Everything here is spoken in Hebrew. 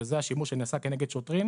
שזה השימוש שנעשה כנגד שוטרים.